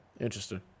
interesting